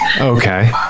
Okay